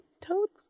Toads